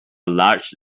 large